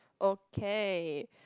okay